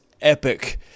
epic